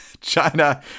China